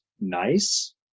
nice